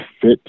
fit